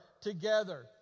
together